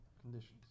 Conditions